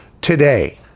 today